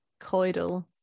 coital